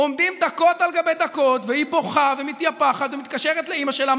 עומדים דקות על גבי דקות והיא בוכה ומתייפחת ומתקשרת לאימא שלה.